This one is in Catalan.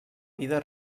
vida